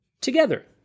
together